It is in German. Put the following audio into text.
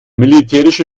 militärische